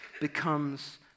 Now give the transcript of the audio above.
becomes